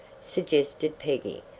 suggested peggy,